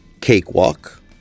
Cakewalk